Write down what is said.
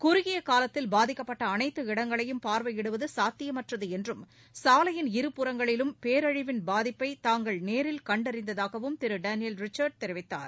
குறுகிய காலத்தில் பாதிக்கப்பட்ட அனைத்து இடங்களையும் பார்வையிடுவது சாத்தியமற்றது என்றும் சாலையின் இருபுறங்களிலும் பேரழிவின் பாதிப்பை தாங்கள் நேரில் கண்டறிந்ததாகவும் திரு டேனியல் ரிச்சர்ட் தெரிவித்தார்